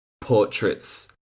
portraits